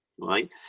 right